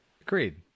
Agreed